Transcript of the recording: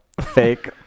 Fake